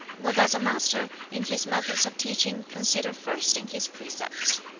what does a master, in his methods of teaching, consider first in his precepts?